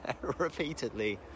repeatedly